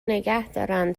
نگهدارن